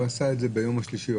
הוא עשה את הבדיקה ביום השלישי.